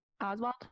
Oswald